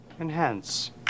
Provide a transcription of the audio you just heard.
Enhance